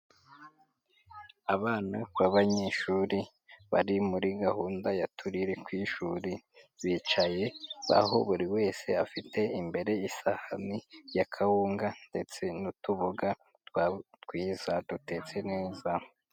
Abana b'abanyeshuri bari muri gahunda ya turire ku ishuri, bicaye aho buri wese afite imbere isahani ya kawunga ndetse n'utuboga twiza, dutetse neza.